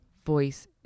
voice